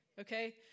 Okay